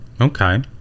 Okay